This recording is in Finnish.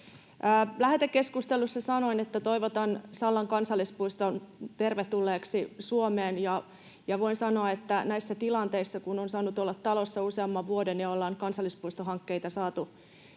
Lähetekeskustelussa sanoin, että toivotan Sallan kansallispuiston tervetulleeksi Suomeen, ja voin sanoa, että näissä tilanteissa, kun on saanut olla talossa useamman vuoden ja ollaan kansallispuistohankkeita saatu